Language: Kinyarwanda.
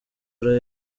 ora